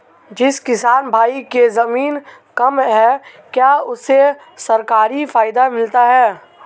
जिस किसान भाई के ज़मीन कम है क्या उसे सरकारी फायदा मिलता है?